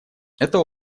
это